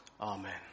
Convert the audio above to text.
Amen